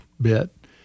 bit